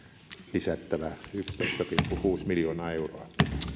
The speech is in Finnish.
lisättävä yksitoista pilkku kuusi miljoonaa euroa